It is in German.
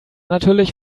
natürlich